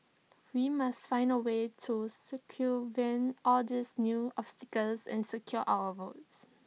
we must find A way to circumvent all these new obstacles and secure our votes